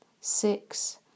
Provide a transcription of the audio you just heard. six